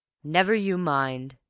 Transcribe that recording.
never you mind,